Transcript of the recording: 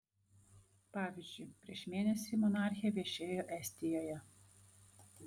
pavyzdžiui prieš mėnesį monarchė viešėjo estijoje